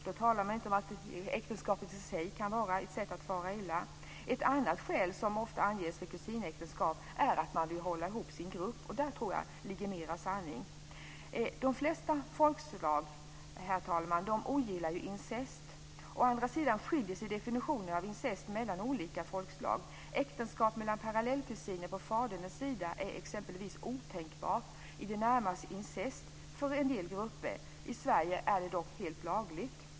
Då talar man inte om att äktenskapet i sig kan vara ett sätt att fara illa. Ett annat skäl som ofta anges för kusinäktenskap är att man vill hålla ihop sin grupp. Och i det tror jag att det ligger mer sanning. Herr talman! De flesta folkslag ogillar incest. Å andra sidan skiljer sig definitionen av incest mellan olika folkslag. Äktenskap mellan parallellkusiner på faderns sida är exempelvis otänkbart, i det närmaste incest för en del grupper. I Sverige är det dock helt lagligt.